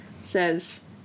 says